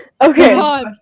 Okay